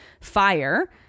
fire